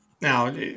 Now